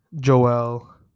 Joel